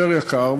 יותר יקר,